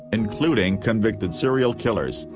including convicted serial killers,